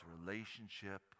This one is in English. relationship